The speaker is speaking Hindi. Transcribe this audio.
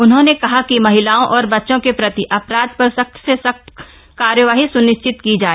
उन्होंने कहा कि महिलाओं और बच्चों के प्रति अपराध पर सख्त से सख्त कार्रवाई सुनिश्चित की जाए